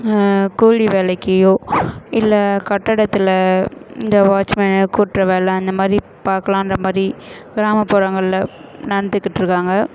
கூலி வேலைக்கியோ இல்லை கட்டடத்தில் இந்த வாட்ச்மேன் கூட்டுற வேலை அந்தமாதிரி பார்க்கலாம் அந்தமாதிரி கிராமப்புறங்களில் நடந்துக்கிட்டு இருக்காங்க